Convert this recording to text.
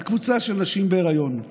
על קבוצה של נשים בהיריון,